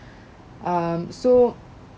um so